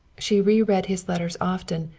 she reread his letters often,